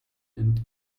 and